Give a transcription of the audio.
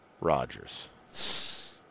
Rodgers